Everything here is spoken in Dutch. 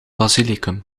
basilicum